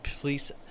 police